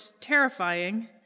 terrifying